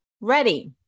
ready